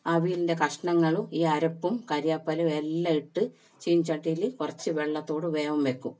അവിയലിൻ്റെ കഷ്ണങ്ങളും ഈ അരപ്പും കറിവേപ്പിലയും എല്ലാം ഇട്ട് ചീനച്ചട്ടിയിൽ കുറച്ച് വെള്ളത്തോടെ വേവാൻ വയ്ക്കും